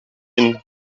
ihn